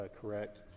correct